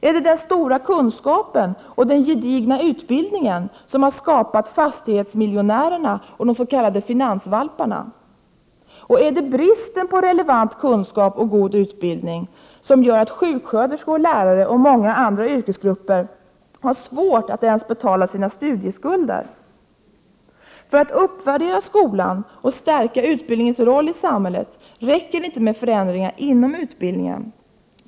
Är det den stora kunskapen och den gedigna utbildningen som har skapat fastighetsmiljonärerna och de s.k. finansvalparna? Är det bristen på relevant kunskap och god utbildning som gör att sjuksköterskor, lärare och många andra yrkesgrupper har svårt att ens betala sina studieskulder? För att uppvärdera skolan och stärka utbildningens roll i samhället räcker det inte med förändringar inom utbildningen.